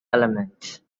elements